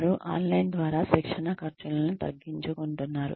వారు ఆన్లైన్ ద్వారా శిక్షణ ఖర్చులను తగ్గించుకుంటున్నారు